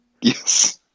Yes